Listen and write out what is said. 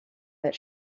that